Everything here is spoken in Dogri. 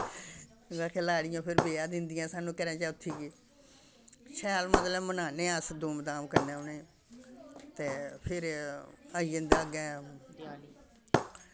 लाड़ियां फिर बेआ दिंदियां सानूं कर्याचौथी गी शैल मतलब मनान्ने अस धूम धाम कन्नै उ'नें ते फिर आई जंदा अग्गें